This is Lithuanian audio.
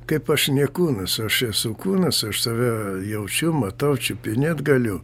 kaip aš nė kūnas aš esu kūnas aš save jaučiu matau čiupinėt galiu